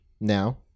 now